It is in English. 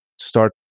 start